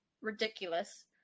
ridiculous